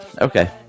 Okay